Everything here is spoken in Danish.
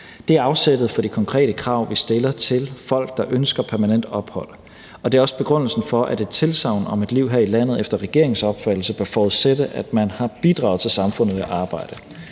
Det er afsættet for det konkrete krav, vi stiller til folk, der ønsker permanent ophold, og det er også begrundelsen for, at et tilsagn om et liv her i landet efter regeringens opfattelse bør forudsætte, at man har bidraget til samfundet ved at arbejde.